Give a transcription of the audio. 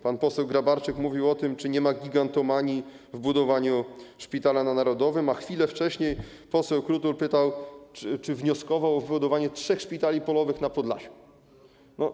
Pan poseł Grabarczyk mówił o tym, czy nie jest gigantomanią budowanie szpitala na narodowym, a chwilę wcześniej poseł Krutul wnioskował o wybudowanie trzech szpitali polowych na Podlasiu.